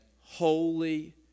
holy